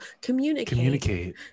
Communicate